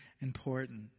important